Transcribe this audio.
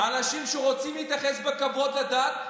אנשים שרוצים להתייחס בכבוד לדת.